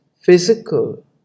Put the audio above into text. physical